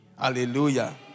Hallelujah